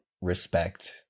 respect